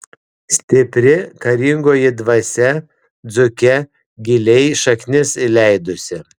stipri karingoji dvasia dzūke giliai šaknis įleidusi